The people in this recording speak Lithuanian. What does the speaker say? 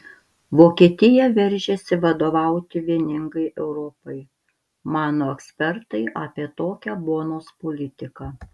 vokietija veržiasi vadovauti vieningai europai mano ekspertai apie tokią bonos politiką